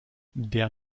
der